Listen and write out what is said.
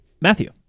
Matthew